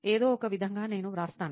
ఏదో ఒక విధంగా నేను వ్రాస్తాను